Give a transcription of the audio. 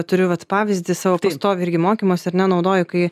turiu vat pavyzdį savo pastoviai irgi mokymuose ar ne naudoju kai